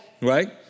Right